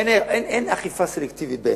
אין אכיפה סלקטיבית בעיני,